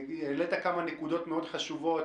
העלית כמה נקודות מאוד חשובות,